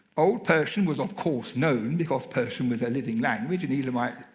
old persian was, of course, known because persian was a living language. and elamite,